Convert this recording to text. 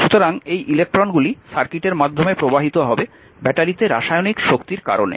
সুতরাং এই ইলেকট্রনগুলি সার্কিটের মাধ্যমে প্রবাহিত হবে ব্যাটারিতে রাসায়নিক শক্তির কারণে